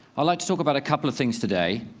i'd like to talk about a couple of things today.